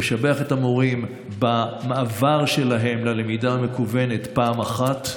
לשבח את המורים על המעבר שלהם ללמידה המקוונת פעם אחת,